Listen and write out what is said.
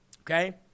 Okay